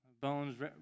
Bones